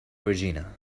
regina